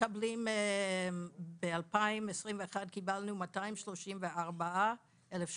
ב-2021 קיבלנו 234 אלף שקלים,